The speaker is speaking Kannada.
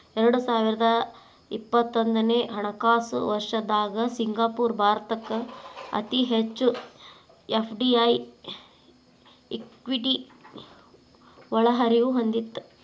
ಎರಡು ಸಾವಿರದ ಇಪ್ಪತ್ತೊಂದನೆ ಹಣಕಾಸು ವರ್ಷದ್ದಾಗ ಸಿಂಗಾಪುರ ಭಾರತಕ್ಕ ಅತಿ ಹೆಚ್ಚು ಎಫ್.ಡಿ.ಐ ಇಕ್ವಿಟಿ ಒಳಹರಿವು ಹೊಂದಿತ್ತ